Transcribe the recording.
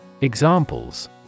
Examples